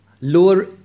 lower